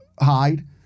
hide